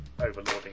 overloading